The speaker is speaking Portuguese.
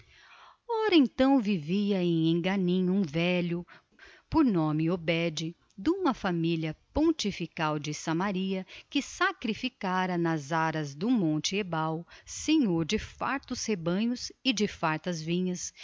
ora então vivia em enganim um velho por nome obed de uma família pontifical de samaria que sacrificara nas aras do monte ebal senhor de fartos rebanhos e de fartas vinhas